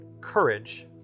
courage